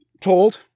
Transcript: told